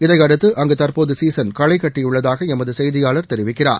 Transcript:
இதையடுத்து அங்கு தற்போது சீசன களைகட்டியுள்ளதாக எமது செய்தியாளர் தெரிவிக்கிறார்